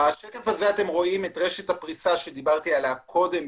בשקף הבא אתם רואים את רשת הפרישה שדיברתי עליה קודם.